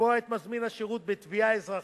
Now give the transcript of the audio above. לתבוע את מזמין השירות בתביעה אזרחית,